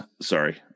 sorry